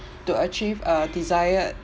to achieve a desired